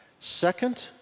Second